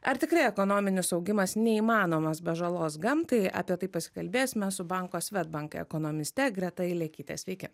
ar tikrai ekonominis augimas neįmanomas be žalos gamtai apie tai pasikalbėsime su banko swedbank ekonomiste greta ilekyte sveiki